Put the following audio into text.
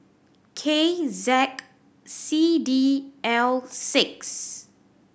K Z C D L six